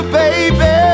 baby